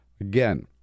again